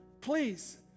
Please